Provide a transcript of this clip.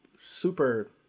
Super